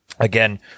Again